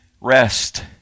rest